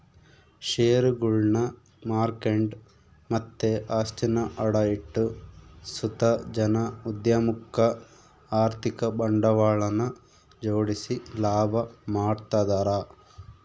ಷೇರುಗುಳ್ನ ಮಾರ್ಕೆಂಡು ಮತ್ತೆ ಆಸ್ತಿನ ಅಡ ಇಟ್ಟು ಸುತ ಜನ ಉದ್ಯಮುಕ್ಕ ಆರ್ಥಿಕ ಬಂಡವಾಳನ ಜೋಡಿಸಿ ಲಾಭ ಮಾಡ್ತದರ